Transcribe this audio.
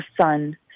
son